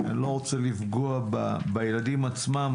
אני לא רוצה לפגוע בילדים עצמם,